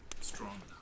strong